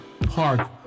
park